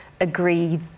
agree